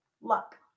luck